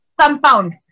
compound